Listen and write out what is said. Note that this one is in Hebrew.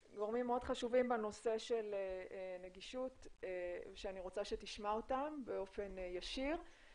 גורמים חשובים בנושא הנגישות שאני רוצה שתשמע באופן ישיר.